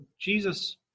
Jesus